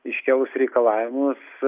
iškėlus reikalavimus